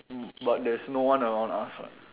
b~ but there's no one around us [what]